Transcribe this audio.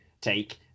take